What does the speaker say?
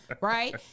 right